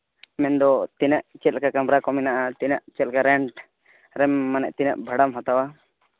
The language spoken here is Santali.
ᱢᱮᱱᱫᱚ ᱛᱤᱱᱟᱹᱜ ᱪᱮᱫᱞᱮᱠᱟ ᱠᱟᱢᱨᱟ ᱠᱚ ᱢᱮᱱᱟᱜᱼᱟ ᱛᱤᱱᱟᱹᱜ ᱪᱮᱫᱞᱮᱠᱟ ᱨᱮᱱᱴ ᱟᱨ ᱢᱟᱱᱮ ᱛᱤᱱᱟᱹᱜ ᱵᱷᱟᱲᱟᱢ ᱦᱟᱛᱟᱣᱟ